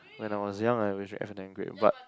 when I was young I always drink F and N grape but